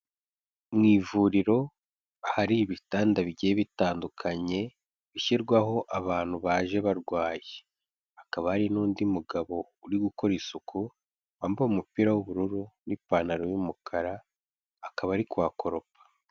Mu ivuriro hari ibitanda bigiye bitandukanye bishyirwaho abantu baje barwaye hakaba hari n'undi mugabo uri gukora isuku wambaye umupira w'ubururu n'ipantaro y'umukara akaba ari kuhakoropa.